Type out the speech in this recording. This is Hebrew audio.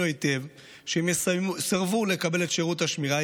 היטב שאם יסרבו לקבל את 'שירותי השמירה',